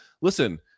Listen